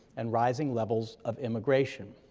and rising levels of immigration.